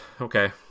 okay